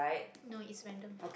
no is random